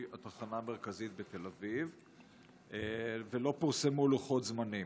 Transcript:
התחנה המרכזית בתל אביב ולא פורסמו לוחות זמנים.